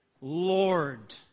Lord